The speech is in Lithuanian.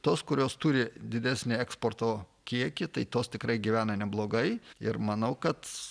tos kurios turi didesnę eksporto kiekį tai tos tikrai gyvena neblogai ir manau kad